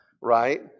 right